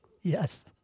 Yes